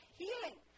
healing